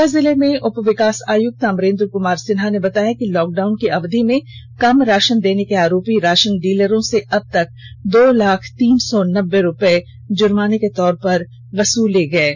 सिमडेगा ज़िले में उप विकास आयुक्त अमरेंद्र कुमार सिन्हा ने बताया कि लॉक डाउन की अवधि में कम राशन देने के आरोपी राशन डीलरों से अबतक दो लाख तीन सौ नब्बे रुपये जुर्माने की वसूली की गई है